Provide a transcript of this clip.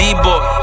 D-boy